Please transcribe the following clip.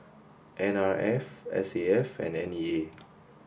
N R F S A F and N E A